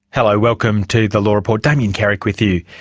hello, welcome to the law report, damien carrick with you.